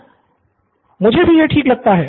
सिद्धार्थ मुझे भी यह ठीक लगता है